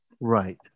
right